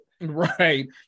right